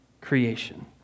creation